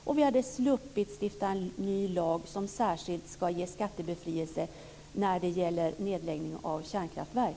Då hade vi sluppit stifta en ny lag som ska ge särskild skattebefrielse vid nedläggning av kärnkraftverk.